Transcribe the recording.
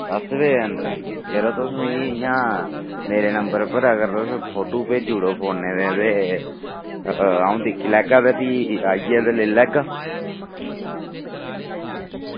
दस्स बजे दे अंदर अंदर यरो तुस मिगी इंया मेरे नंबर उप्पर जेकर तुस फोटु भेजी ओड़ो फोनै दे ते अंऊ दिक्खी लैगा ते भी आइयै दिक्खी लैगा